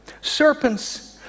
serpents